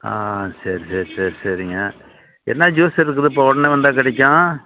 ஆ சரி சரி சரி சரிங்க என்ன ஜூஸ் இருக்குது இப்போ உடனே வந்தால் கிடைக்கும்